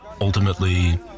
ultimately